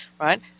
right